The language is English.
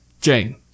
Jane